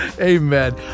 Amen